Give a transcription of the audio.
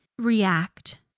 React